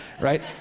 right